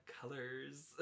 colors